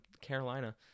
Carolina